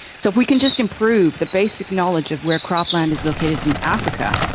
so if we can just improve the basic knowledge of where cropland is located in africa,